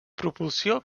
propulsió